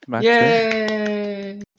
Yay